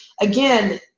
again